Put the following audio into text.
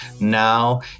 Now